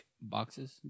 boxes